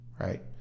right